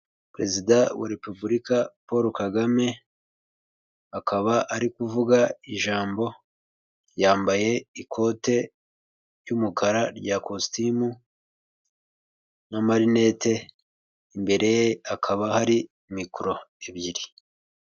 Perezida wa repubulika Paul Kagame akaba ari kuvuga ijambo, yambaye ikote ry'umukara rya kositimu n'amarinete, imbere hakaba hari mikoro ebyiri.